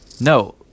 no